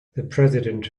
president